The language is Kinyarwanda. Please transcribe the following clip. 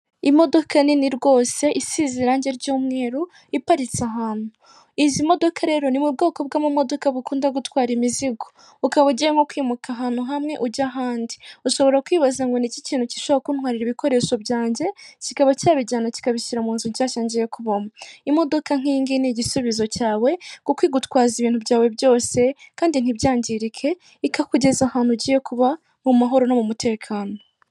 Imodoka nini rwose isize irangi ry'umweru iparitse ahantu, izi modoka rero ni mu bwoko bw'amamodoka bukunda gutwara imizigo, ukaba ujyemo nko kwimuka ahantu hamwe ujya ahandi ushobora kwibaza ngo ni iki kintu gishobora kuntwara ibikoresho byanjye kikaba cyabijyana kikabishyira mu nzu nshyagiye ngiye kubamo? Imodoka nk'iyingiyi ni igisubizo cyawe kuko igutwaza ibintu byawe byose kandi ntibyangirike ikakugeza ahantu ugiye kuba mu mahoro no mu mutekano.